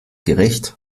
gerecht